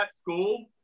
school